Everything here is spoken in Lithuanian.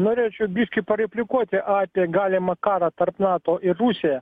norėčiau biški pareplikuoti apie galimą karą tarp nato ir rusiją